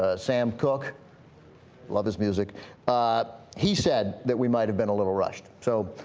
ah sam cooke love his music he said that we might have been a little rushed so